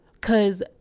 cause